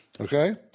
Okay